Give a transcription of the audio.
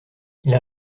ils